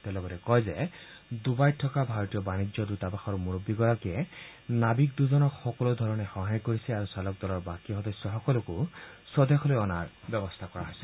তেওঁ লগতে কয় যে ডুবাইত থকা ভাৰতীয় বাণিজ্য দৃতাবাসৰ মূৰববীগৰাকীয়ে নাবিক দুজনক সকলোধৰণে সহায় কৰিছে আৰু চালক দলৰ বাকী সদস্য সকলকো স্বদেশলৈ অনাৰ ব্যৱস্থা কৰা হৈছে